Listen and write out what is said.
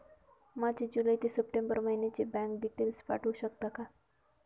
माझे जुलै ते सप्टेंबर महिन्याचे बँक डिटेल्स पाठवू शकता का?